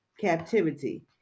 captivity